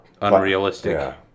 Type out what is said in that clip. Unrealistic